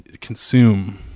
consume